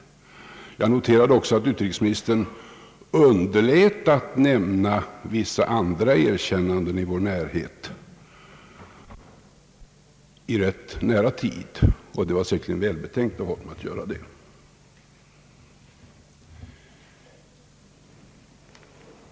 Jag noterade också att utrikesministern underlät att nämna vissa andra erkännanden av regimer i vår närhet rätt nära i tiden, och det var säkert välbetänkt av honom.